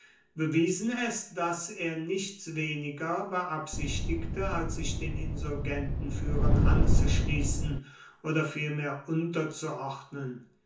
bewiesen es daß er nichts weniger beabsichtigte als sich den insurgentenführern anzuschließen oder vielmehr unterzuordnen